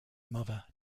mother